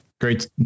Great